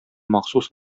махсус